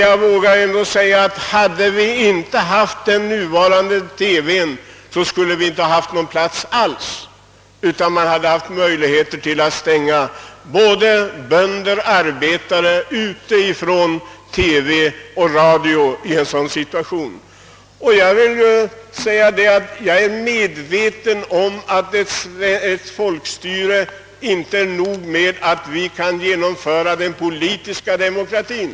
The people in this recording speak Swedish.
Jag vågar emellertid säga att om vi inte haft den nuvarande organisationen för TV och radio skulle det inte ha funnits någon plats alls; det hade varit möjligt att stänga både bönder och arbetare ute från TV och radio. Det är inte nog med att vi genom ett folkstyre kan genomföra en politisk demokrati.